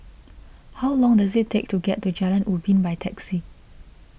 how long does it take to get to Jalan Ubin by taxi